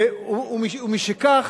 ומשכך,